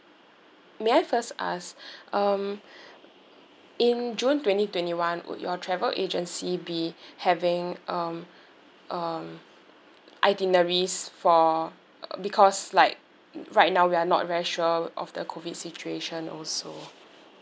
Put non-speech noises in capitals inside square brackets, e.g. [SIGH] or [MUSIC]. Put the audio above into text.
may I first ask [BREATH] um inn june twenty twenty one would your travel agency be having um um itineraries for because like right now we're not very sure of the COVID situation also